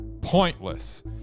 pointless